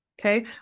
Okay